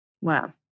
Wow